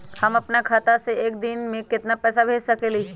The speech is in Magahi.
हम अपना खाता से एक दिन में केतना पैसा भेज सकेली?